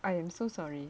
I am so sorry